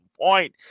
point